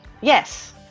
Yes